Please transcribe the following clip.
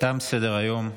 תם סדר-היום.